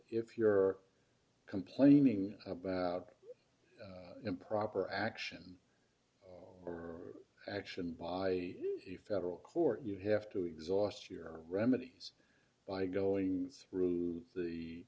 if you're complaining about improper action or action by the federal court you have to exhaust your remedies by going through the